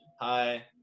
hi